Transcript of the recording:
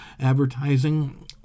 advertising